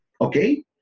Okay